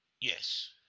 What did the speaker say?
Yes